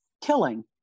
killing